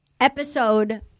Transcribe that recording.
episode